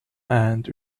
and